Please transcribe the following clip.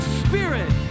spirit